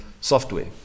software